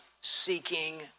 seeking